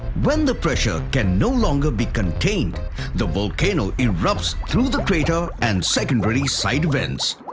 when the pressure can no longer be contained the volcano erupts through the crater and secondary side vents.